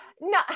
no